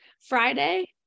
Friday